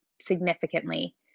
significantly